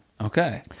Okay